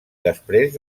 després